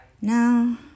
now